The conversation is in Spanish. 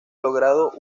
logrado